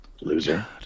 loser